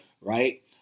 Right